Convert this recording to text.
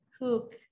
Cook